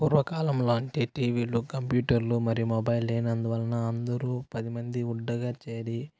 పూర్వకాలంలో అంటే టీవీలు కంప్యూటర్లు మరియు మొబైల్ లేనందువలన అందరు పది మంది ఉండగా చేరి